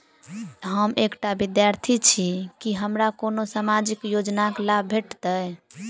हम एकटा विद्यार्थी छी, की हमरा कोनो सामाजिक योजनाक लाभ भेटतय?